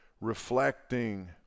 reflecting